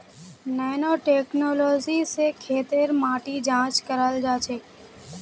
nano technology स खेतेर माटी जांच कराल जाछेक